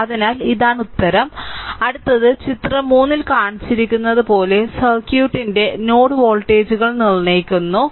അതിനാൽ ഇതാണ് ഉത്തരം അടുത്തത് ചിത്രം 3 ൽ കാണിച്ചിരിക്കുന്നതുപോലെ സർക്യൂട്ടിന്റെ നോഡ് വോൾട്ടേജുകൾ നിർണ്ണയിക്കുന്നു 11 3